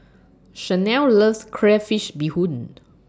Shanell loves Crayfish Beehoon